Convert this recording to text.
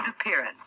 appearance